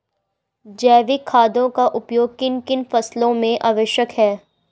जैविक खादों का उपयोग किन किन फसलों में आवश्यक है?